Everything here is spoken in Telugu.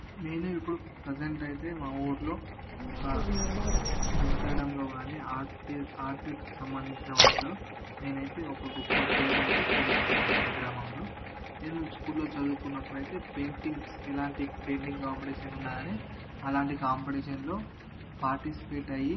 నేను ఇప్పుడు ప్రజంట్ అయితే మా ఊరిలో ఒక నటించడంలోకానీ ఆర్టిక్ ఆర్ట్కి సంభందించిన వాటిలో నేనయితే ఒక గొప్ప పేరుము అయితే పొందాను మా గ్రామంలో నేను స్కూల్లో చదువుకున్నప్పుడు అయితే పెయింటింగ్స్ ఎలాంటి పెయింటింగ్ కాంపిటీషన్ ఉన్నకానీ అలాంటి కాంపిటేషన్లో పాటిస్పేట్ అయ్యి